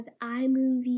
iMovie